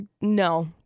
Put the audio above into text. No